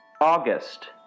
August